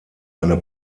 eine